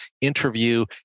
interview